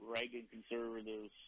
Reagan-conservatives